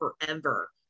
forever